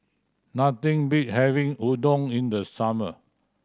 nothing beats having Udon in the summer